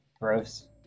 gross